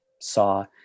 saw